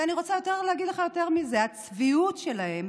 ואני רוצה להגיד לך יותר מזה: הצביעות שלהם